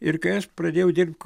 ir kai aš pradėjau dirbt